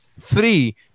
three